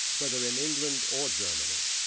whether in england or germany.